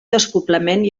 despoblament